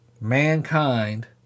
Mankind